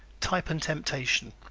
type and temptation